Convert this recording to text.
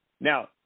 Now